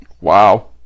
Wow